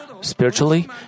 Spiritually